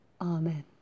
Amen